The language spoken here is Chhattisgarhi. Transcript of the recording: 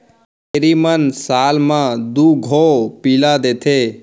छेरी मन साल म दू घौं पिला देथे